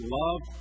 love